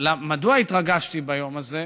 מדוע התרגשתי ביום הזה?